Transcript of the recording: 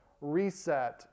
reset